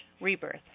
rebirth